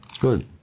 Good